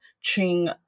Ching